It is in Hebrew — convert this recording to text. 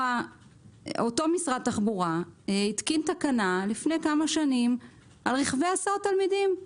אותו משרד התחבורה התקין לפני כמה שנים תקנה על רכבי הסעות תלמידים,